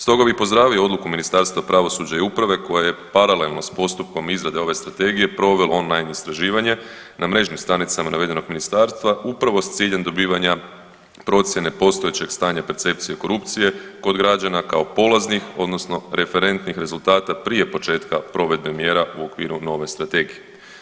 Stoga bi pozdravio odluku Ministarstva pravosuđa i uprave koja je paralelno s postupkom izrade ove strategije provelo on line istraživanje na mrežnim stranicama navedenog ministarstva upravo s ciljem dobivanja procjene postojećeg stanja percepcije korupcije kod građana kao polaznih odnosno referentnih rezultata prije početka provedbe mjera u okviru nove strategije.